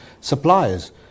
suppliers